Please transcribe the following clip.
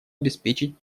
обеспечить